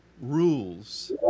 rules